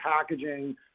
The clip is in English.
packaging